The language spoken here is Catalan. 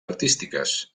artístiques